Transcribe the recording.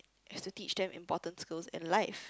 is to teach them important skills in life